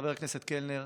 חבר הכנסת קלנר.